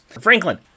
Franklin